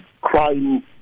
crime